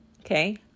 Okay